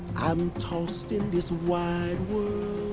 i'm tossed in this wide world